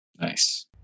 Nice